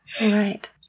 Right